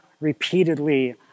repeatedly